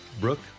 Brooke